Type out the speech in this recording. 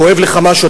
כואב לך משהו,